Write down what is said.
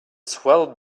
swell